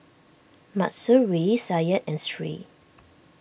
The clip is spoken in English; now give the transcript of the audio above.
Mahsuri Syed and Sri